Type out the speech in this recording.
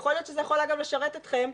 יכול להיות שזה יכול אגב לשרת אתכם.